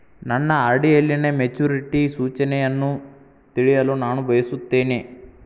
ನನ್ನ ಆರ್.ಡಿ ಯಲ್ಲಿನ ಮೆಚುರಿಟಿ ಸೂಚನೆಯನ್ನು ತಿಳಿಯಲು ನಾನು ಬಯಸುತ್ತೇನೆ